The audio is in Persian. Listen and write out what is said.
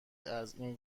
ازاین